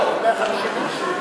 אנחנו מוותרים לדב.